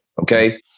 Okay